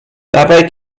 dabei